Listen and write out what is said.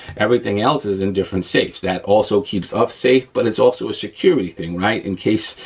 everything else is in different safes. that also keeps us safe but it's also a security thing, right, in case,